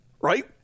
right